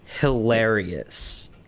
hilarious